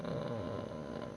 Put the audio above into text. uh